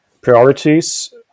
priorities